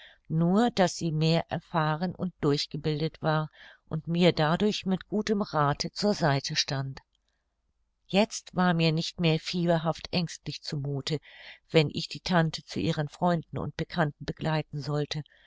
nur daß sie mehr erfahren und durchgebildet war und mir dadurch mit gutem rathe zur seite stand jetzt war mir nicht mehr fieberhaft ängstlich zu muthe wenn ich die tante zu ihren freunden und bekannten begleiten sollte